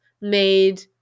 made